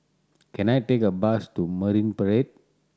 can I take a bus to Marine Parade